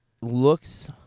looks